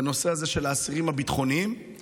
בנושא האסירים הביטחוניים.